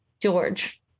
George